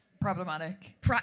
problematic